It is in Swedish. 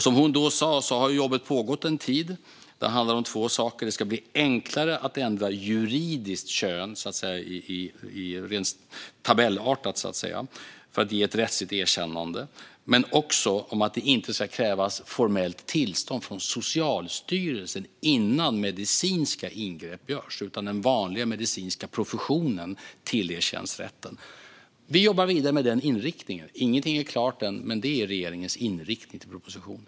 Som hon då sa har det jobbet pågått en tid. Det handlar om två saker. Det ska bli enklare att ändra juridiskt kön, så att säga rent tabellartat, för att ge ett rättsligt erkännande. Men det ska också inte krävas formellt tillstånd från Socialstyrelsen innan medicinska ingrepp görs, utan den vanliga medicinska professionen tillerkänns rätten. Vi jobbar vidare med den inriktningen. Ingenting är klart än. Men det är regeringens inriktning till propositionen.